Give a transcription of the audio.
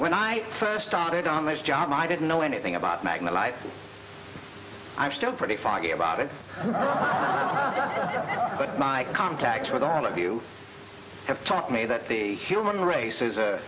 when i first started on this job i didn't know anything about magna life i'm still pretty foggy about it but my contact with all of you have taught me that the human race is